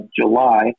July